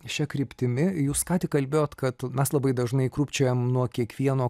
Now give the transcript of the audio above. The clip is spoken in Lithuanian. šia kryptimi jūs ką tik kalbėjot kad mes labai dažnai krūpčiojam nuo kiekvieno